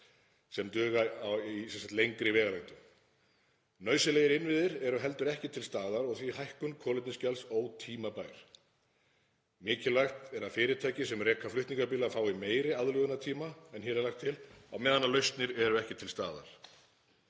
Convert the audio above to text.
sem duga í lengri vegalengdum. Nauðsynlegir innviðir eru heldur ekki til staðar og því er hækkun kolefnisgjalds ótímabær. Mikilvægt er að fyrirtæki sem reka flutningabíla fái meiri aðlögunartíma en hér er lagt til á meðan lausnir eru ekki til staðar.